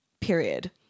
period